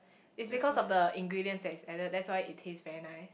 is because of the ingredients that is added that's why it taste very nice